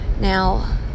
Now